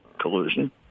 collusion